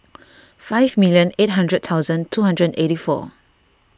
five million eight hundred thousand two hundred and eighty four